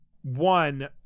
one